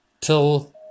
Till